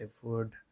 food